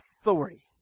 authority